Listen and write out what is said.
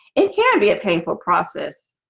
it can't be a painful process.